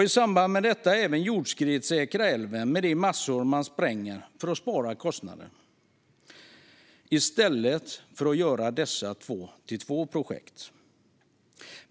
I samband med detta vill vi även jordskredssäkra älven med de massor man spränger för att spara kostnader, i stället för att göra detta till två olika projekt.